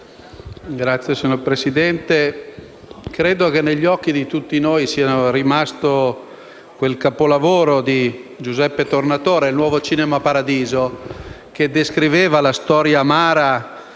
*(PD)*. Signor Presidente, credo che negli occhi di tutti noi sia rimasto quel capolavoro di Giuseppe Tornatore intitolato «Nuovo cinema Paradiso», che descriveva la storia amara,